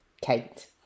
Kate